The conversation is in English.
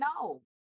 no